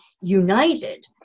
united